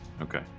Okay